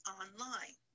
online